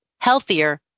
healthier